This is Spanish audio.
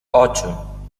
ocho